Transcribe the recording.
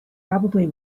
probably